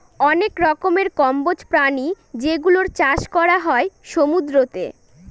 অনেক রকমের কম্বোজ প্রাণী যেগুলোর চাষ করা হয় সমুদ্রতে